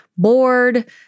bored